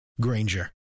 Granger